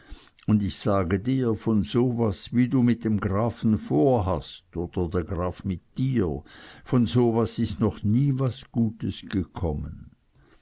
un ich sage dir von so was wie du mit dem grafen vorhast oder der graf mit dir von so was is noch nie was gutes gekommen